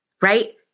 right